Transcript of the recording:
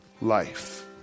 life